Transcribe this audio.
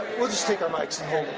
we'll just take our mics and